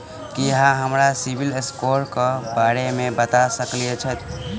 की अहाँ हमरा सिबिल स्कोर क बारे मे बता सकइत छथि?